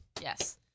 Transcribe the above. Yes